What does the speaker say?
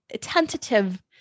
Tentative